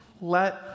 Let